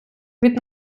від